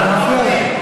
ואתה מפריע לה.